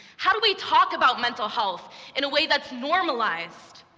how do we talk about mental health in a way that's normalized?